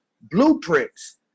blueprints